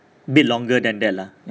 bit longer than that lah